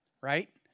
right